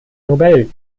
nobel